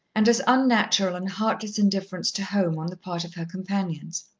and as unnatural and heartless indifference to home on the part of her companions.